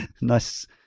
Nice